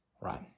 right